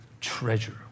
treasure